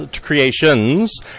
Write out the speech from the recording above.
creations